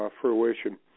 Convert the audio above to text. fruition